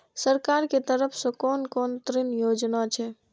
सरकार के तरफ से कोन कोन ऋण योजना छै?